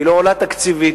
היא לא עולה תקציבית.